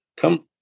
Come